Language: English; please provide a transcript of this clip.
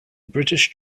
british